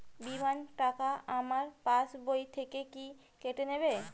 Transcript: বিমার টাকা আমার পাশ বই থেকে কি কেটে নেবে?